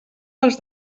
dels